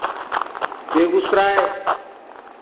Begusarai